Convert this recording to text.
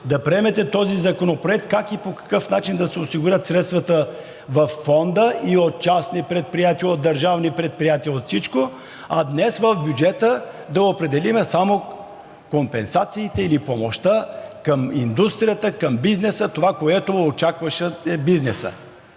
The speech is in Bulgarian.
да приемете този законопроект –как и по какъв начин да се осигурят средствата във Фонда и от частни предприятия, от държавни предприятия, от всичко, а днес в бюджета да определим само компенсациите или помощта към индустрията, към бизнеса, и това, което очакваше бизнесът.